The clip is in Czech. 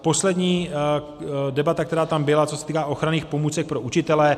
Poslední debata, která tam byla, co se týká ochranných pomůcek pro učitele.